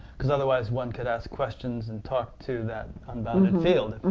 because otherwise one could ask questions and talk to that unbounded field,